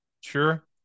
sure